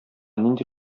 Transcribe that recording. нинди